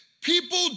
people